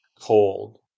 cold